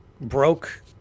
broke